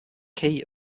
key